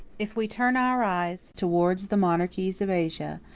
if we turn our eyes towards the monarchies of asia,